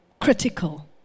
critical